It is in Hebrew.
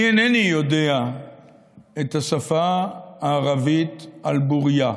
אני אינני יודע את השפה הערבית על בוריה,